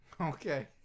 Okay